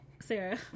Sarah